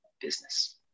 business